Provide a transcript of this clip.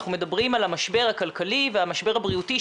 אנחנו מדברים על המשבר הכלכלי והמשבר הבריאותי,